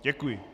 Děkuji.